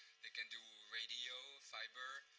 they can do radio, fiber.